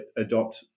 adopt